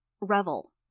Revel